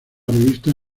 revista